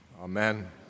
Amen